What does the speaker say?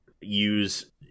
use